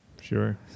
Sure